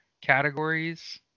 categories